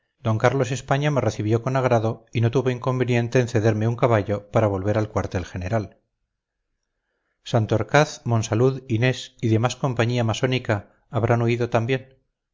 d carlos españa me recibió con agrado y no tuvo inconveniente en cederme un caballo para volver al cuartel general santorcaz monsalud inés y demás compañía masónica habrán huido también